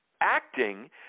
acting